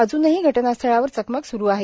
अजूनही घटनास्थळावर चकमक स्रु आहे